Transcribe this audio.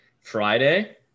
friday